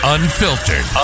Unfiltered